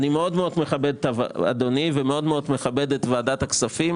אני מאוד מאוד מכבד את אדוני ומאוד מאוד מכבד את ועדת הכספים